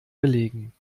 belegen